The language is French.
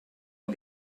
aux